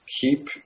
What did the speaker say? keep